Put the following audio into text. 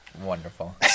Wonderful